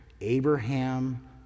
Abraham